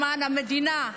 למען המדינה.